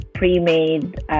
Pre-made